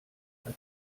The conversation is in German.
hat